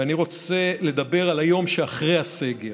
ואני רוצה לדבר על היום שאחרי הסגר.